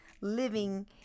living